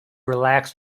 relax